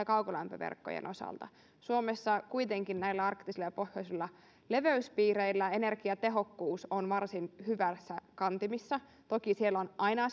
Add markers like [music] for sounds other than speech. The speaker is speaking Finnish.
[unintelligible] kaukolämpöverkkojen osalta suomessa kuitenkin näillä arktisilla ja pohjoisilla leveyspiireillä energiatehokkuus on varsin hyvissä kantimissa toki siellä on aina [unintelligible]